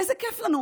איזה כיף לנו,